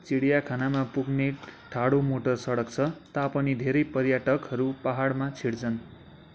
चिडियाखानामा पुग्ने ठाडो मोटर सडक छ तापनि धेरै पर्यटकहरू पाहाडमा हिँड्छन्